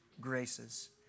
graces